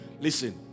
listen